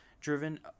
driven